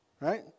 Right